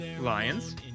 Lions